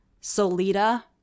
Solita